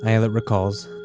ayelet recalls,